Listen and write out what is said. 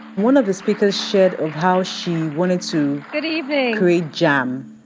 one of the speakers shared of how she wanted to. good evening. create jam.